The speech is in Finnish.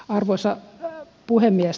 arvoisa puhemies